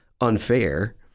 unfair